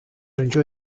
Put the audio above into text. önce